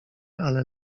ale